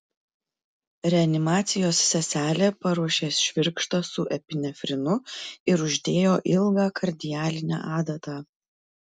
reanimacijos seselė paruošė švirkštą su epinefrinu ir uždėjo ilgą kardialinę adatą